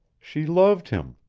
she loved him!